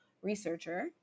researcher